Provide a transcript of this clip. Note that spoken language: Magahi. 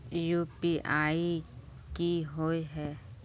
यु.पी.आई की होय है?